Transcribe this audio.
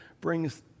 brings